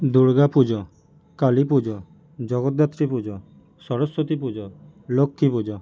Durga Puja Kali Puja Jagaddhatri Puja Saraswati Puja Lakshmi Puja